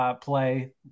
play